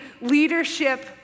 leadership